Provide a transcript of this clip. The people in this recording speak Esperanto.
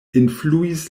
influis